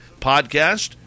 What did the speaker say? podcast